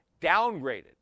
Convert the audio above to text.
downgraded